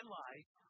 life